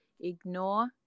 ignore